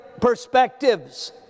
Perspectives